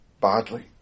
badly